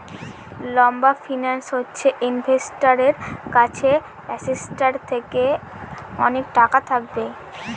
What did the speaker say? লম্বা ফিন্যান্স হচ্ছে ইনভেস্টারের কাছে অ্যাসেটটার থেকে অনেক টাকা থাকবে